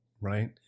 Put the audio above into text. right